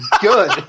good